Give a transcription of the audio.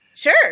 Sure